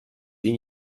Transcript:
ihn